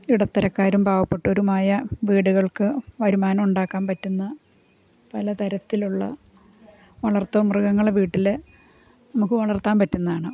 ഇടത്തരക്കാരും പാവപ്പെട്ടവരുമായ വീടുകൾക്ക് വരുമാനം ഉണ്ടാക്കാൻ പറ്റുന്ന പല തരത്തിലുള്ള വളർത്തു മൃഗങ്ങൾ വീട്ടിൽ നമുക്ക് വളർത്താൻ പറ്റുന്നതാണ്